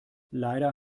leider